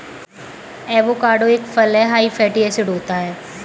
avocado एक फल हैं हाई फैटी एसिड होता है